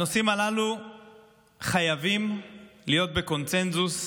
הנושאים הללו חייבים להיות בקונסנזוס.